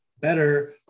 better